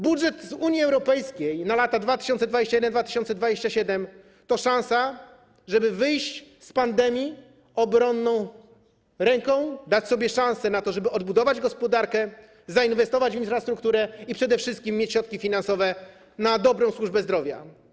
Budżet z Unii Europejskiej na lata 2021-2027 to szansa na to, żeby wyjść z pandemii obronną ręką, żeby odbudować gospodarkę, zainwestować w infrastrukturę i przede wszystkim mieć środki finansowe na dobrą służbę zdrowia.